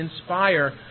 inspire